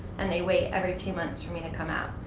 and they wait every two months for me to come out.